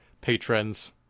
patrons